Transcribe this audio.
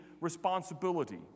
responsibility